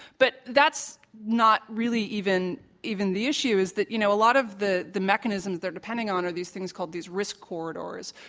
but that's not really even even the issue is that, you know, a lot of the the mechanisms they're depending on are these things called these risk corridors,